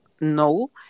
no